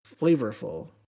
flavorful